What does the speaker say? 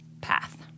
path